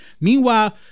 Meanwhile